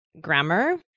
grammar